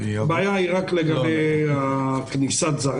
הבעיה היא רק לגבי כניסת זרים.